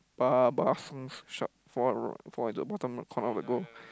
bar bar short fall fall into the bottom corner of the goal